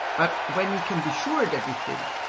but when we can be sure that we think,